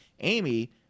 Amy